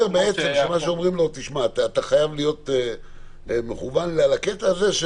אומרים לו שהוא חייב להיות מכוון לקטע הזה,